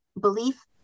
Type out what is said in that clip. belief